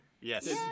yes